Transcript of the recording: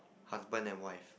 husband and wife